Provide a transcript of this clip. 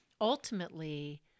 Ultimately